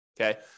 Okay